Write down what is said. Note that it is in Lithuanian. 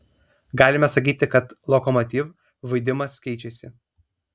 galime sakyti kad lokomotiv žaidimas keičiasi